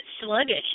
sluggish